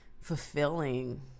fulfilling